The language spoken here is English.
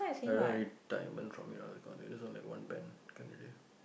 I don't really need diamond from you know that kind of thing just what like one band can already